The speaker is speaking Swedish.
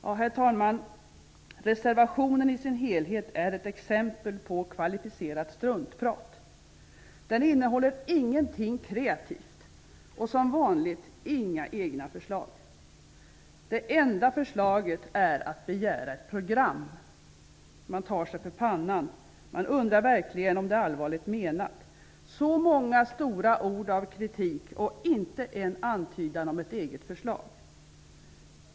Ja, herr talman, reservationen i sin helhet är ett exempel på kvalificerat struntprat. Den innehåller ingenting kreativt och som vanligt inga egna förslag. Det enda förslaget är att begära ett program . Man tar sig för pannan och undrar verkligen om det är allvarligt menat. Så många stora ord av kritik -- och inte en antydan om ett eget förslag!